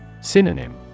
Synonym